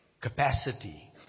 capacity